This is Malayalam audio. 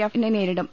എഫിനെ നേരിടും